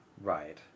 Right